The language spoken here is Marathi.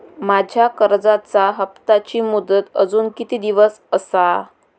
माझ्या कर्जाचा हप्ताची मुदत अजून किती दिवस असा?